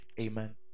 Amen